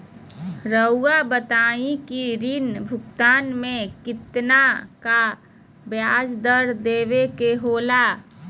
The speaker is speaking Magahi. रहुआ बताइं कि ऋण भुगतान में कितना का ब्याज दर देवें के होला?